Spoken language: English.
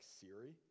Siri